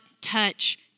touch